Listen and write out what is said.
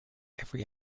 every